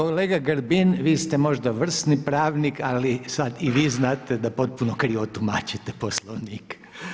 Kolega Grbin, vi ste možda vrsni pravnik ali sada i vi znate da potpuno krivo tumačite Poslovnik.